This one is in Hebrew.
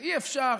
אי-אפשר.